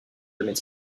domaine